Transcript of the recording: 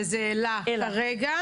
וזה אלה כרגע.